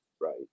Right